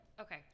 Okay